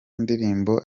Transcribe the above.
ndirimbo